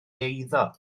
eiddo